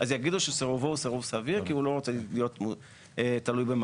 יגידו לו שסירובו הוא סירוב סביר כי הוא לא רוצה להיות לוי במעלית,